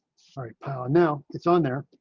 pal. now it's on there.